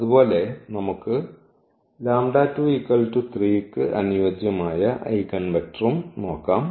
അതുപോലെ നമുക്ക് ന് അനുയോജ്യമായ ഐഗൺവെക്റ്ററും നോക്കാം